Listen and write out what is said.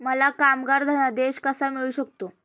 मला कामगार धनादेश कसा मिळू शकतो?